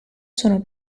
sono